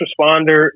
responder